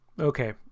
Okay